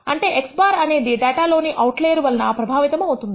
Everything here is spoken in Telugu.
అంటే x̅ అనేది డేటా లోని అవుట్లయర్ వలన ప్రభావితము అవుతుంది